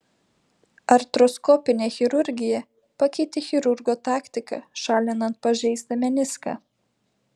artroskopinė chirurgija pakeitė chirurgo taktiką šalinant pažeistą meniską